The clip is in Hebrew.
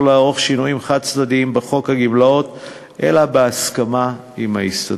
לערוך שינויים חד-צדדיים בחוק הגמלאות אלא בהסכמה עם ההסתדרות.